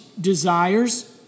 desires